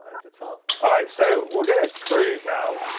minus a twelfth. alright so we're going to prove now,